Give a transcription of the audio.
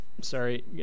Sorry